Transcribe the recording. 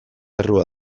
errua